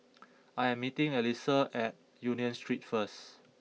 I am meeting Alisa at Union Street first